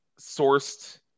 sourced